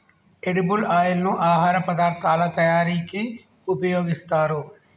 edible oil ను ఆహార పదార్ధాల తయారీకి ఉపయోగిస్తారు